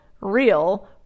real